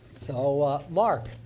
so ah mark,